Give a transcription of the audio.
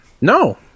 No